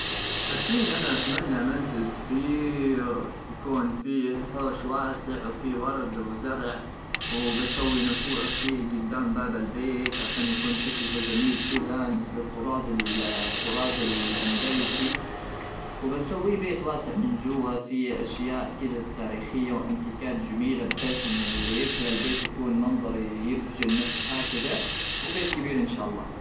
اكيد انا اتمنى منزل كبير يكون فيه حوش واسع وفي ورد وزرع وبسوي نافوره فيه قدام باب البيت عشان يكون شكلها جميل كذا مثل التراث الطراز الاندلسي وبسوي بيت واسع من جوا في اشياء كذا التاريخيه وانتيكات جميله بحيث ان اللي يدخل البيت يكون منظري يبهج النفس هكذا وبيت كبير ان شاء الله